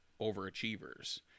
overachievers